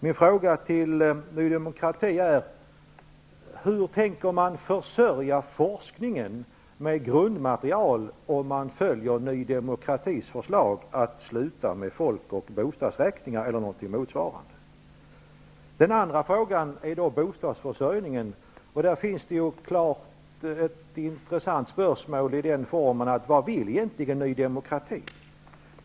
Min fråga till Ny demokrati är: Hur tänker man försörja forskningen med grundmaterial om man följer Ny demokratis förslag att sluta med folk och bostadsräkningar eller motsvarande? Den andra frågan gäller bostadsförsörjningen. Där finns ett klart och intressant spörsmål att ställa: Vad vill egentligen Ny demokrati?